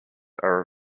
are